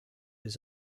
was